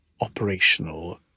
operational